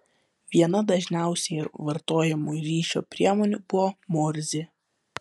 viena dažniausiai vartojamų ryšio priemonių buvo morzė